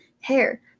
hair